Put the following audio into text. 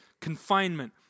Confinement